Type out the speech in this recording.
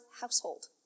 household